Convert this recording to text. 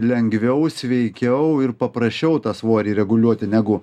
lengviau sveikiau ir paprasčiau tą svorį reguliuoti negu